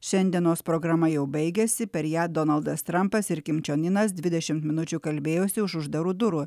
šiandienos programa jau baigiasi per ją donaldas trampas ir kim čion inas dvidešimt minučių kalbėjosi už uždarų durų